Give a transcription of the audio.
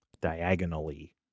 Diagonally